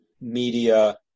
media